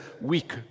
weak